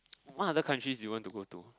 what other countries you want to go to